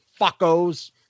fuckos